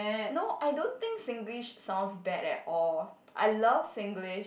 no I don't think Singlish sounds bad at all I love Singlish